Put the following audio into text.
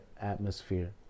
atmosphere